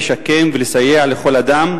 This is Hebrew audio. לשקם ולסייע לכל אדם,